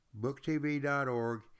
booktv.org